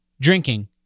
drinking